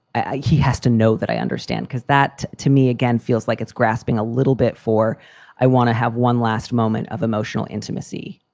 he has to know that i understand, because that to me, again, feels like it's grasping a little bit for i want to have one last moment of emotional intimacy.